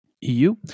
eu